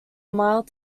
mile